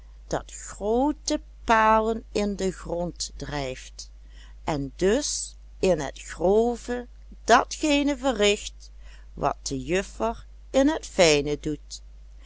dat groote palen in den grond drijft en dus in het grove datgene verricht wat de juffer in het fijne doet